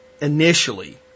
initially